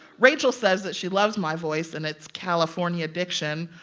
rachel says that she loves my voice, and it's california addiction,